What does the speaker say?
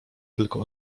tylko